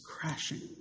crashing